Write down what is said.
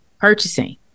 purchasing